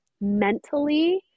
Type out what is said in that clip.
mentally